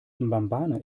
mbabane